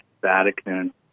Vatican